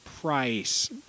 Price